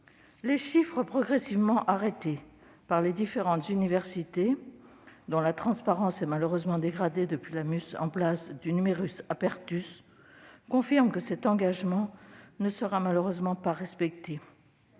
Les chiffres progressivement arrêtés par les différentes universités, dont la transparence s'est malheureusement dégradée depuis la mise en place du, confirment que cet engagement ne sera malheureusement pas respecté.